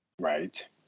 Right